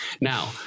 now